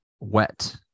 wet